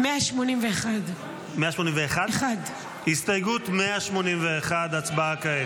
181. הסתייגות 181, הצבעה כעת.